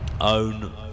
own